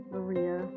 Maria